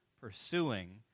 pursuing